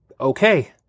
okay